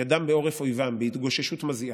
ידם בעורף אויבם בהתגוששות מזיעה.